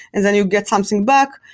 and then you get something back.